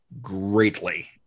greatly